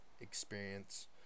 experience